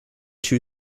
two